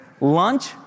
lunch